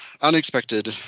unexpected